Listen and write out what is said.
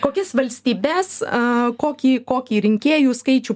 kokias valstybes a kokį kokį rinkėjų skaičių